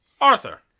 Arthur